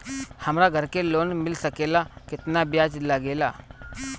हमरा घर के लोन मिल सकेला केतना ब्याज लागेला?